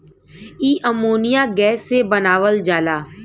इ ammonia gas से बनावल जाला